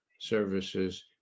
Services